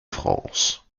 france